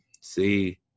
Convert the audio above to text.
see